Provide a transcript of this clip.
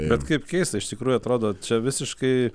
bet kaip keista iš tikrųjų atrodo čia visiškai